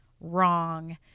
wrong